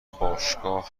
باشگاه